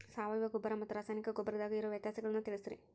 ಸಾವಯವ ಗೊಬ್ಬರ ಮತ್ತ ರಾಸಾಯನಿಕ ಗೊಬ್ಬರದಾಗ ಇರೋ ವ್ಯತ್ಯಾಸಗಳನ್ನ ತಿಳಸ್ರಿ